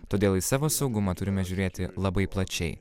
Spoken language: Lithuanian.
todėl į savo saugumą turime žiūrėti labai plačiai